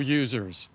users